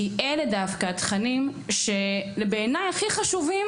כי אלה דווקא התכנים שבעיניי הכי חשובים